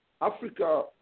Africa